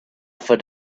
after